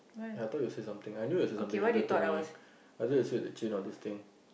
I thought you say something I knew you'll say something related to me I knew you'll say like Jun hao this thing